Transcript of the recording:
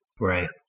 right